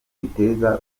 biteza